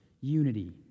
unity